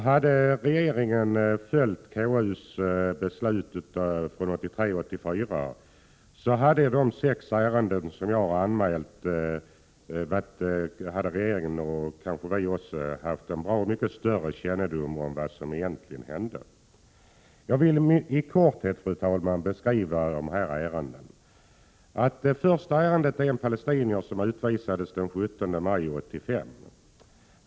Om regeringen följt konstitutionsutskottets besked från 1983/84 så hade i de sex ärenden som jag har anmält, regeringen och kanske även vi här haft mycket större kännedom om vad som hände. Jag vill i korthet, fru talman, beskriva det här ärendet. Det första ärendet gäller en palestinier som utvisades den 17 maj 1985.